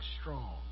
strong